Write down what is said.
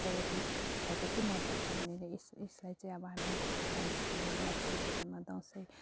गदावरीहरूको के महत्त्व छ भने यस यसलाई चाहिँ अब हामी भाइटिकामा लक्ष्मीपूजामा दसैँ